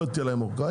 לא אתן להם אורכה.